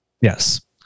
Yes